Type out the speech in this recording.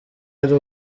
ari